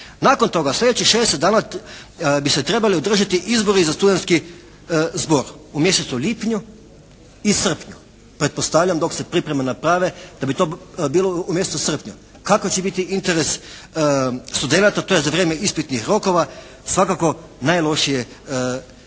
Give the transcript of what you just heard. Nakon toga slijedećih 60 dana bi se trebali održati izbori za studentski zbor u mjesecu lipnju i srpnju. Pretpostavljam dok se pripreme naprave da bi to bilo u mjesecu srpnju. Kakav će biti interes studenata? To je za vrijeme ispitnih rokova, svakako najlošije rješenje.